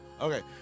okay